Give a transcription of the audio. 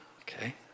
Okay